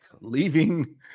leaving